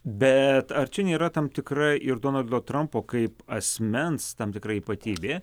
bet ar čia nėra tam tikra ir donaldo trampo kaip asmens tam tikra ypatybė